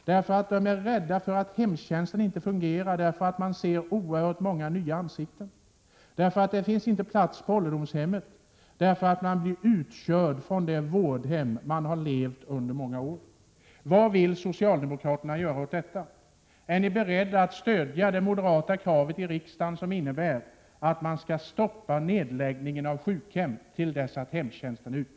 De är rädda därför att hemtjänsten inte fungerar, därför att de ser oerhört många nya ansikten, därför att det inte finns plats på ålderdomshemmen, därför att de blir utkörda från det vårdhem där de har bott i många år.